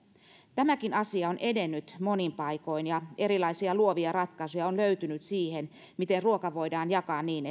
tämäkin asia on edennyt monin paikoin ja erilaisia luovia ratkaisuja on löytynyt siihen miten ruoka voidaan jakaa niin